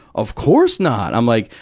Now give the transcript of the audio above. of course not! i'm like,